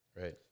Right